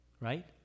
Right